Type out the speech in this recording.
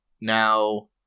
now